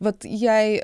vat jei